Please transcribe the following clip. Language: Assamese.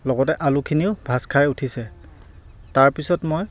লগতে আলুখিনিও ভাজ খাই উঠিছে তাৰপিছত মই